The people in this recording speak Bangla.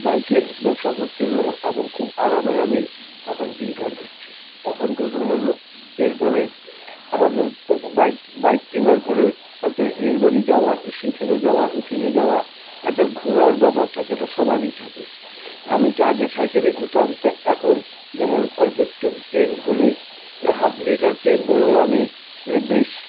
বাইকে ব্যবসা করতে এলাম এবং খুব আরামে আমি এখন দিন কাটাচ্ছি এখন ঘটনা হলো এরপরে আমাদের বাইক বাইক কেনার পরে হয়তো এর বাড়ি যাওয়া সেখানে যাওয়া ওইখানে যাওয়া একটা ঘোরার ব্যাপার থাকে এটা সবারই থাকে আমি তো আগে সাইকেলেই ঘুরতাম তা এখন যেমন অল্প একটু তেল ভরে হাফ লিটার তেল ভরেও আমি বেশ